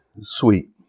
sweet